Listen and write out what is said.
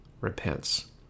repents